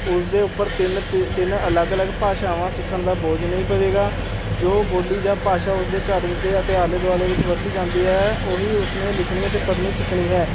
ਉਸਦੇ ਉੱਪਰ ਤਿੰਨ ਤਿ ਤਿੰਨ ਅਲੱਗ ਅਲੱਗ ਭਾਸ਼ਾਵਾਂ ਸਿੱਖਣ ਦਾ ਬੋਝ ਨਹੀਂ ਪਵੇਗਾ ਜੋ ਬੋਲੀ ਜਾਂ ਭਾਸ਼ਾ ਉਸਦੇ ਘਰ ਵਿੱਚ ਅਤੇ ਆਲ਼ੇ ਦੁਆਲੇ ਵਿੱਚ ਵਰਤੀ ਜਾਂਦੀ ਹੈ ਉਹ ਉਸਨੇ ਲਿਖਣੀ ਹੈ ਅਤੇ ਪੜ੍ਹਨੀ ਸਿੱਖਣੀ ਹੈ